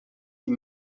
die